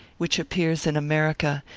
which appears in america,